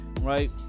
Right